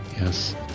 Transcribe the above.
Yes